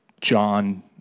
John